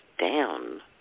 down